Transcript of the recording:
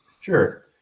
Sure